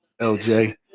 lj